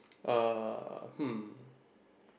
uh hmm